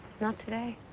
not today.